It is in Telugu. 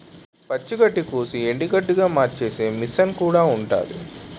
పచ్చి గడ్డికోసి ఎండుగడ్డిగా మార్చేసే మిసన్ కూడా ఉంటాది